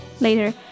Later